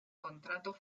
contrato